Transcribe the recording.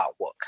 artwork